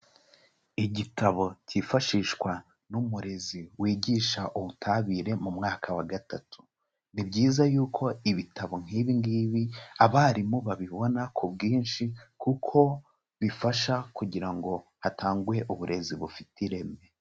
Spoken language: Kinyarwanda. Igitabo cyifashishwa n'umurezi wigisha ubutabire mu mwaka wa gatatu, ni byiza y'uko ibitabo nk'ibingibi abarimu babibona ku bwinshi kuko bifasha kugira ngo hatangwe uburezi bufite ireme.